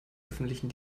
öffentlichen